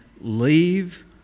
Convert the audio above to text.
leave